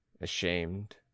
ashamed